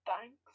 Thanks